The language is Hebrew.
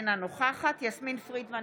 אינה נוכחת יסמין פרידמן,